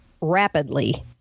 rapidly